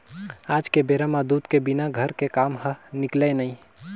आज के बेरा म दूद के बिना घर के काम ह निकलय नइ